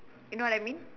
you know what I mean